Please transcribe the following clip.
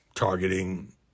targeting